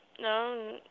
No